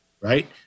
right